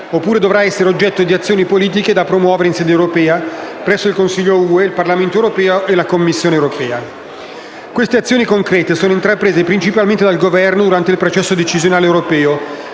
oppure dovrà essere oggetto di azioni politiche da promuovere in sede europea, presso il Consiglio dell'Unione europea, il Parlamento europeo e la Commissione europea. Queste azioni concrete sono intraprese principalmente dal Governo, durante il processo decisionale europeo,